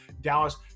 Dallas